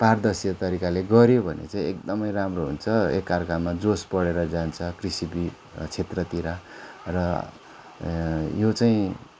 पारदर्शी तरिकाले गऱ्यो भने चाहिँ एकदमै राम्रो हुन्छ एकअर्कामा जोस बढेर जान्छ कृषि क्षेत्रतिर र यो चै